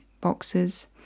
boxes